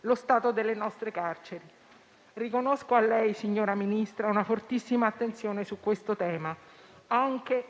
Sullo stato delle nostre carceri riconosco a lei, signora Ministra, una fortissima attenzione, anche